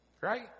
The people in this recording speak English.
Right